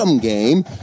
game